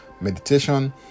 meditation